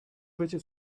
fece